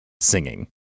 singing